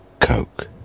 coke